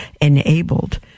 enabled